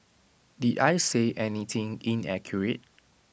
did I say anything inaccurate